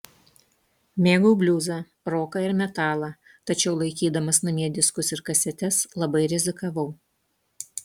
mėgau bliuzą roką ir metalą tačiau laikydamas namie diskus ir kasetes labai rizikavau